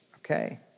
okay